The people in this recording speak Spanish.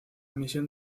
misión